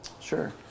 Sure